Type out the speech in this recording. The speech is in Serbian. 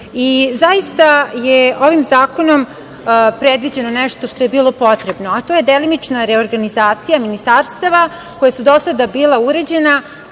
Zaista je ovim zakonom predviđeno nešto što je bilo potrebno, a to je delimična reorganizacija ministarstava koja su do sada bila uređena